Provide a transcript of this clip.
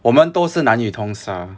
我们都是男女通杀